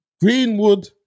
Greenwood